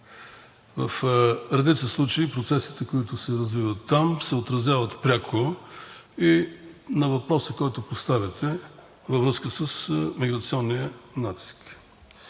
в редица случаи процесите, които се развиват там, се отразяват пряко и на въпроса, който поставяте във връзка с миграционния натиск.